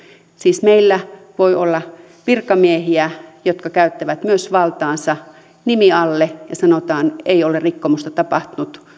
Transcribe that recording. siis meillä voi olla virkamiehiä jotka käyttävät myös valtaansa nimi alle ja sanotaan ei ole rikkomusta tapahtunut